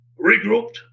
regrouped